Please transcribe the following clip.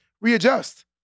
readjust